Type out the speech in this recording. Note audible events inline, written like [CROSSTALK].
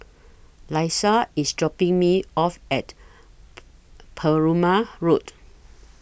Laisha IS dropping Me off At [NOISE] Perumal Road